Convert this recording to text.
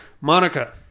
Monica